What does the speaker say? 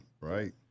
Right